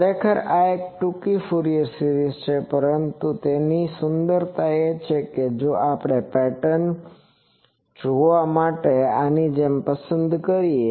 ખરેખર આ એક ટૂંકી ફુરીયર સિરીઝ છે પરંતુ તેની સુન્દરતા એ છે જો આપણે પેટર્ન જોવા માટે આની જેમ પસંદ કરીએ